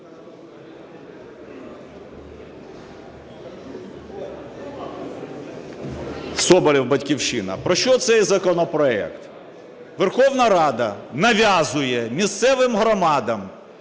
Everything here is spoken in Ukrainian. Соболєв, "Батьківщина". Про що законопроект? Верховна Рада нав'язує місцевим громадам,